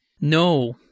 No